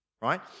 right